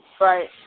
Right